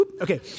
Okay